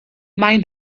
maen